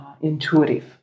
intuitive